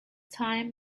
time